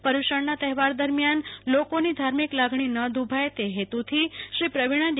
પયુ ર્ષણના તહેવાર દરમ્યા ન લોકોની ધાર્મિક લાગણી ન દુઃભાય તે હેતુ થી પ્રવિણા ડી